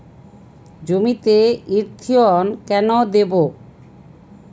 জমিতে ইরথিয়ন কেন দেবো?